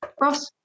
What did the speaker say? Ross